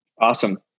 Awesome